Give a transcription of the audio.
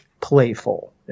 playful